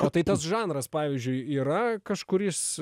o tai tas žanras pavyzdžiui yra kažkuris